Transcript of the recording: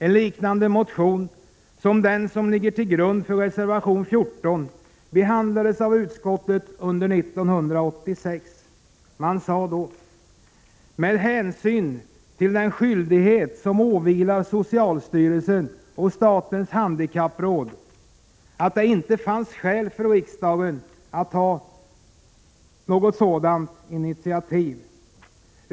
En liknande motion som den som ligger till grund för reservation 14 behandlades av utskottet under 1986. Utskottet sade då att det med hänsyn till den skyldighet som åvilar socialstyrelsen och statens handikappråd inte fanns skäl för riksdagen att ta något sådant initiativ.